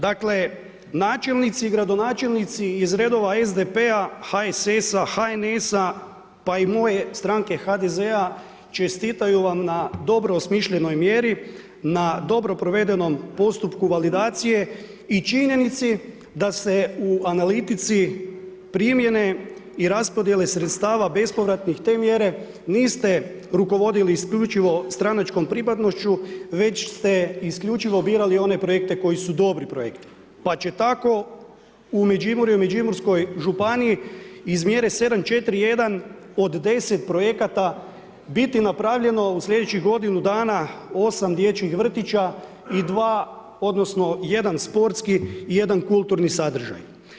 Dakle načelnici i gradonačelnici iz redova SDP-a, HSS-a, HNS-a, pa i moje stranke HDZ-a čestitaju vam na dobro osmišljenoj mjeri, na dobro provedenom postupku validacije i činjenici da se u analitici primjene i raspodjele sredstava bespovratnih te mjere niste rukovodili isključivo stranačkom pripadnošću već ste isključivo birali one projekte koji su dobri projekti pa će tako u Međimurju i Međuimurskoj županiji iz mjere 7.4.1. od 10 projekata biti napravljeno u sljedećih godinu dana 8 dječjih vrtića i dva, odnosno jedan sportski i jedan kulturni sadržaj.